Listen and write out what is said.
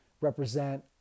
represent